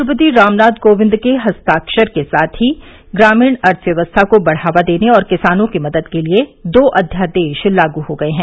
राष्ट्रपति राम नाथ कोविंद के हस्ताक्षर के साथ ही ग्रामीण अर्थव्यवस्था को बढ़ावा देने और किसानों की मदद के लिये दो अध्यादेश लागू हो गए हैं